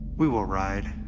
we will ride,